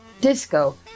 disco